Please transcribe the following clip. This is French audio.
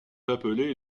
appelés